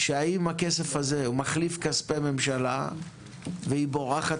שהאם הכסף הזה מחליף כספי ממשלה והיא בורחת